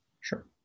Sure